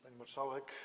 Pani Marszałek!